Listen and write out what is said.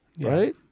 Right